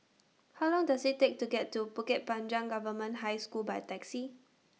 How Long Does IT Take to get to Bukit Panjang Government High School By Taxi